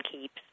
keeps